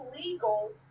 illegal